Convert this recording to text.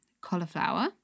cauliflower